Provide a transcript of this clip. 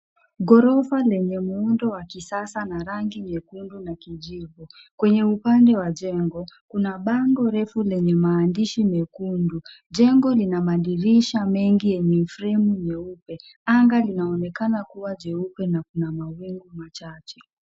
Ghorofa lenye muundo wa kisasa na rangi nyekundu na kijivu. Kwenye upande wa jengo kuna bango refu lenye maandishi mekundu. Jengo lina madirisha mengi yenye fremu nyeupe. Anga linaonekana kuwa jeupe na kuna mawingu machache.